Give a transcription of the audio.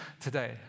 today